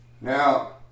Now